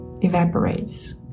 evaporates